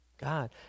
God